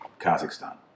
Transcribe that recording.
Kazakhstan